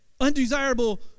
undesirable